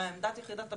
מה עמדת יחידות הפיקוח,